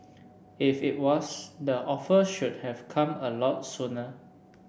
if it was the offer should have come a lot sooner